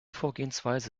vorgehensweise